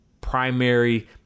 primary